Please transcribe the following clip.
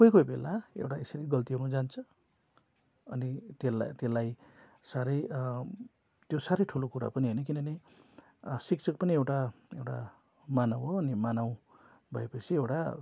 कोही कोही बेला एउटा यसै गल्ती हुन जान्छ अनि त्यसलाई त्यसलाई साह्रै त्यो साह्रै ठुलो कुरा पनि होइन किनभने शिक्षक पनि एउटा एउटा मानव हो अनि मानव भएपछि एउटा